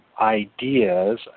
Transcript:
ideas